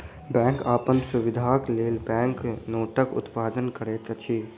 bank अपन सुविधाक लेल बैंक नोटक उत्पादन करैत अछि